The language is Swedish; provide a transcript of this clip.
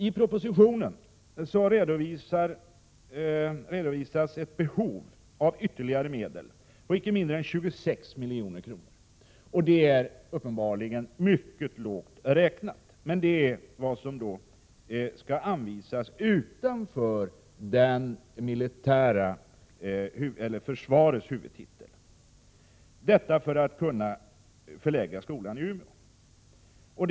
I propositionen redovisas ett behov av ytterligare medel på icke mindre än 26 milj.kr. Det är uppenbarligen mycket lågt räknat, men det är vad som skall anvisas utanför försvarets huvudtitel, detta för att kunna förlägga skolan till Umeå.